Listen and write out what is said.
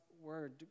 word